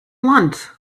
want